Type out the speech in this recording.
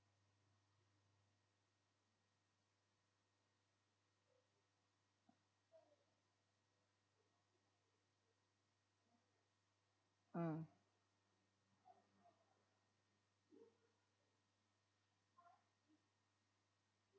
mm